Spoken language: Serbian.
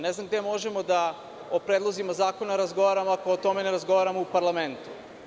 Ne znam gde možemo o predlozima zakona da razgovaramo, ako o tome ne razgovaramo u parlamentu.